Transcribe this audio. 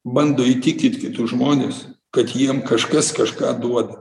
bando įtikint kitus žmones kad jiem kažkas kažką duoda